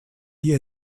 die